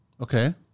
Okay